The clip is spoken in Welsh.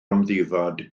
amddifad